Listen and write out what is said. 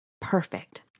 perfect